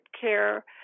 care